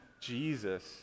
Jesus